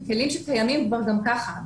בכלים שקיימים כבר גם כך,